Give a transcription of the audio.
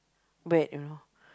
bad you know